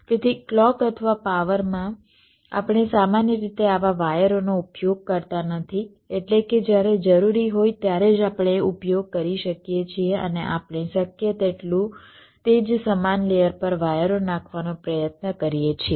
તેથી ક્લૉક અથવા પાવરમાં આપણે સામાન્ય રીતે આવા વાયરોનો ઉપયોગ કરતા નથી એટલે કે જ્યારે જરૂરી હોય ત્યારે જ આપણે ઉપયોગ કરી શકીએ છીએ અને આપણે શક્ય તેટલું તે જ સમાન લેયર પર વાયરો નાખવાનો પ્રયત્ન કરીએ છીએ